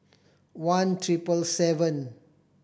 one triple seven